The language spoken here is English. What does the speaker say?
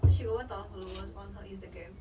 then she got one thousand followers on her instagram